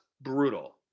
brutal